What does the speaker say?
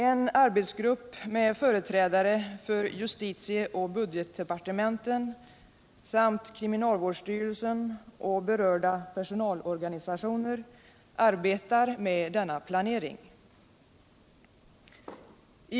En arbetsgrupp med företrädare för justitieoch budgetdepartementen samt kriminalvårds styrelsen och berörda personalorganisationer arbetar med denna planering.